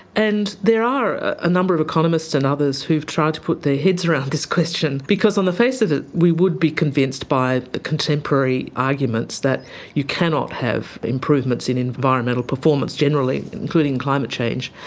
and there are a number of economists and others who've tried to put their heads around this question, because on the face of it we would be convinced by contemporary arguments that you cannot have improvements in environmental performance generally, including climate change,